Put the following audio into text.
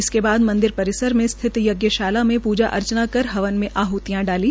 इसके बाद मंदिर परिसर में स्थित यज्ञशाला में पूजा अर्चना कर हवन में आहतियां डाली